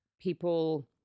people